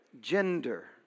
gender